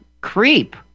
creep